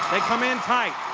they come in tight.